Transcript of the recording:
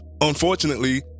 unfortunately